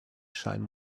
shine